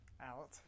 out